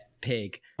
pig